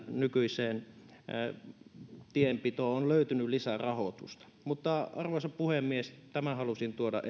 nykyiseen tienpitoon on löytynyt lisää rahoitusta arvoisa puhemies tämän halusin tuoda